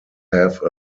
have